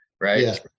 right